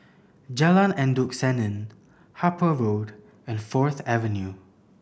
Jalan Endut Senin Harper Road and Fourth Avenue